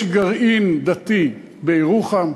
יש גרעין דתי בירוחם,